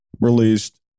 released